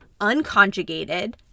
unconjugated